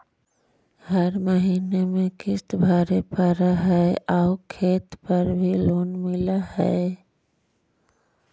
हर महीने में किस्त भरेपरहै आउ खेत पर भी लोन मिल है?